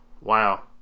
wow